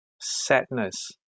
sadness